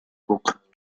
book